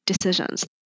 decisions